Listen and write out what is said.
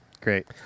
Great